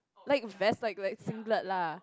like vest like like singlet lah